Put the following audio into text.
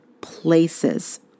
places